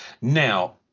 now